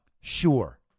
sure